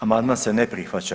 Amandman se ne prihvaća.